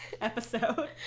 episode